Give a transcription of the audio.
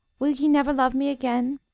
will ye never love me again?